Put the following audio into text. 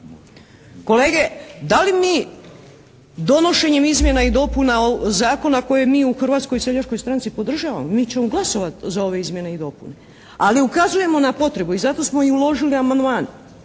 Kolege, da li mi donošenjem izmjena i dopuna zakona koje mi u Hrvatskoj seljačkoj stranci podržavamo, mi ćemo glasovati za ove izmjene i dopune, ali ukazujemo na potrebu i zato smo i uložili amandman